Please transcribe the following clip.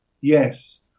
Yes